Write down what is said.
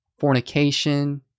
fornication